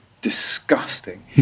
disgusting